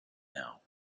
now